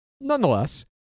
Nonetheless